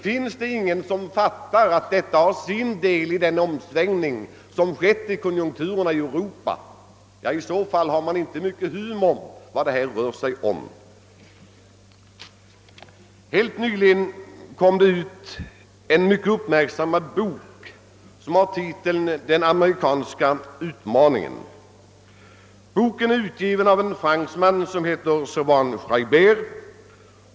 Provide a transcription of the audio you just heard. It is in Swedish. Finns det ingen som fattar att detta har sin del i den omsvängning som skett i konjunkturerna i Europa? I så fall har man inte mycket hum om vad det här rör sig om. Helt nyligen kom det ut en mycket uppmärksammad bok som har titeln Den amerikanska utmaningen. Boken är utgiven av en fransman som heter Servan-Schreiber.